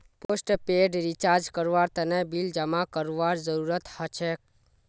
postpaid recharge करवार तने bill जमा करवार जरूरत हछेक